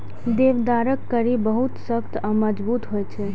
देवदारक कड़ी बहुत सख्त आ मजगूत होइ छै